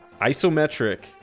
isometric